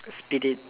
spit it